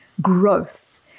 growth